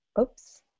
Oops